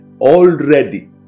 Already